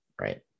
Right